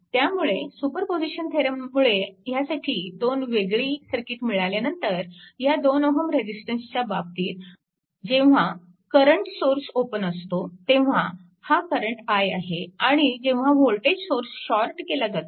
त्यामुळे सुपरपोजीशन थेरममुळे ह्यासाठी दोन वेगळी सर्किट मिळाल्यानंतर ह्या 2Ω रेजिस्टन्सच्या बाबतीत जेव्हा करंट सोर्स ओपन असतो तेव्हा हा करंट i आहे आणि जेव्हा वोल्टेज सोर्स शॉर्ट केला जातो